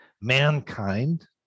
mankind